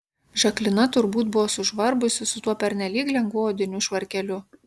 žaklina turbūt buvo sužvarbusi su tuo pernelyg lengvu odiniu švarkeliu